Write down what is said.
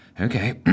Okay